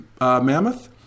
mammoth